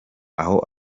aho